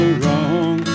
wrong